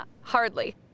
Hardly